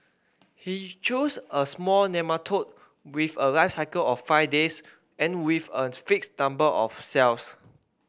he chose a small nematode with a life cycle of five days and with a fixed number of cells